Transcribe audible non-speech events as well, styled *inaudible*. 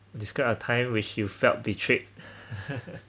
describe a time which you felt betrayed *laughs*